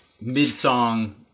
mid-song